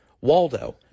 Waldo